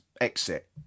exit